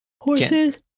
horses